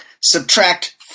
subtract